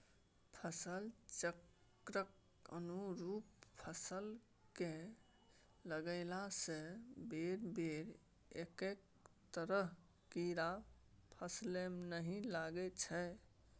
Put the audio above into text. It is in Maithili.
फसल चक्रक अनुरूप फसल कए लगेलासँ बेरबेर एक्के तरहक कीड़ा फसलमे नहि लागैत छै